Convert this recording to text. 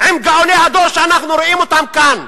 אם גאוני הדור שאנחנו רואים אותם כאן,